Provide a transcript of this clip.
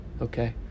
Okay